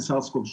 לסארס קוב 2,